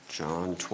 John